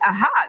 Aha